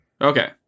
Okay